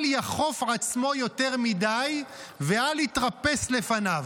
אל יכוף עצמו יותר מדי ואל יתרפס לפניו,